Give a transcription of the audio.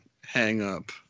hang-up